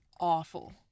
awful